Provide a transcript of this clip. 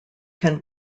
can